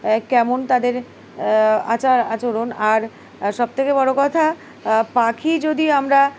কেমন তাদের আচার আচরণ আর সব থেকে বড়ো কথা পাখি যদি আমরা